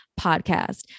podcast